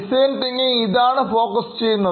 design thinking ഇതാണ് focus ചെയ്യുന്നത്